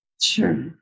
Sure